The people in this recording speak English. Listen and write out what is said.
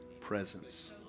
presence